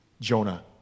Jonah